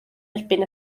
erbyn